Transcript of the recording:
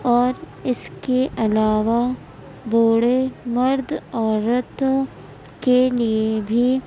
اور اس کے علاوہ بوڑھے مرد عورت کے لیے بھی